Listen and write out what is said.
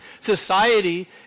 society